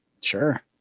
Sure